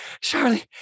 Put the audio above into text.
Charlie